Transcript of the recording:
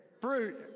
Fruit